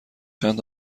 چند